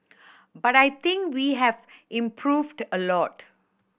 but I think we have improved a lot